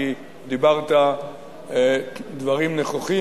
כי דיברת דברים נכוחים,